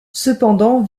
cependant